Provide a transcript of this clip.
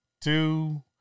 two